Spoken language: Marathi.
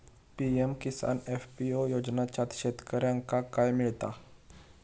पी.एम किसान एफ.पी.ओ योजनाच्यात शेतकऱ्यांका काय मिळता?